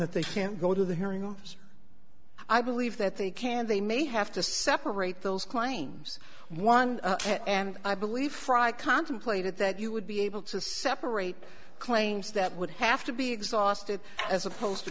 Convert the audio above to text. that they can't go to the hearing officer i believe that they can they may have to separate those claims one and i believe fry contemplated that you would be able to separate claims that would have to be exhausted as opposed to